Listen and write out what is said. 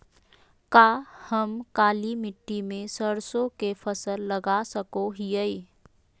का हम काली मिट्टी में सरसों के फसल लगा सको हीयय?